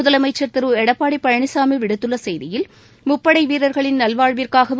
முதலமைச்சா் திரு எடப்பாடி பழனிசாமி விடுத்துள்ள செய்தியில் முப்படை வீரர்களின் நலவாழ்விற்காகவும்